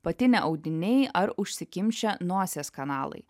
patinę audiniai ar užsikimšę nosies kanalai